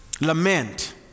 lament